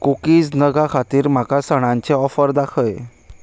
cookies नगां खातीर म्हाका सणांचे ऑफर दाखय